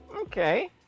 okay